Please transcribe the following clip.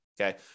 okay